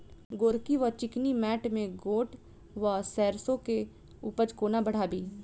गोरकी वा चिकनी मैंट मे गोट वा सैरसो केँ उपज कोना बढ़ाबी?